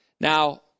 Now